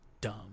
dumb